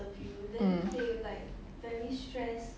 mm